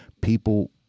People